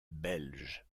belge